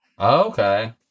Okay